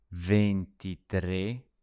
Ventitre